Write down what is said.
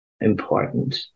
important